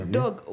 dog